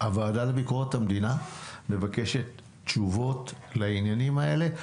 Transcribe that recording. הוועדה לביקורת המדינה מבקשת תשובות לעניינים האלה.